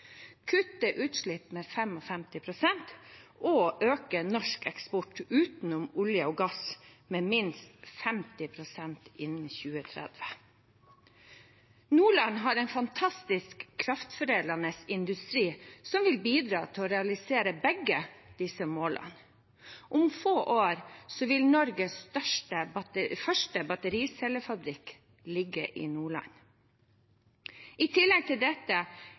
utslipp med 55 pst. og øke norsk eksport, utenom olje og gass, med minst 50 pst. innen 2030. Nordland har en fantastisk kraftforedlende industri som vil bidra til å realisere begge disse målene. Om få år vil Norges første battericellefabrikk ligge i Nordland. I tillegg til dette